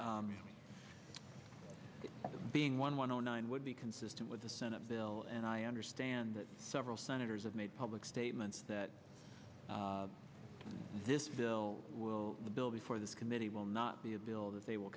that being one one zero nine would be consistent with the senate bill and i understand that several senators have made public statements that this bill will the bill before this committee will not be a bill that they will